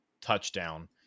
touchdown